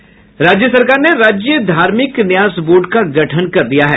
राज्य सरकार ने राज्य धार्मिक न्यास बोर्ड का गठन कर दिया है